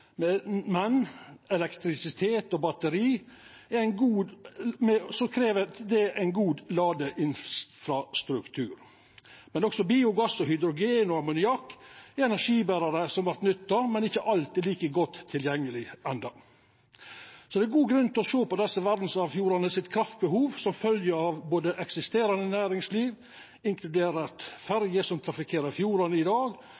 elektrisitet og batteri krev ein god ladeinfrastruktur. Biogass, hydrogen og ammoniakk er energiberarar som vert nytta, men dei er ikkje alltid like godt tilgjengelege enno. Det er god grunn til å sjå på kraftbehovet til verdsarvfjordane som følgje av eksisterande næringsliv, inkludert ferjer som trafikkerer fjordane i dag,